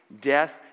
death